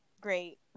great